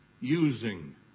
using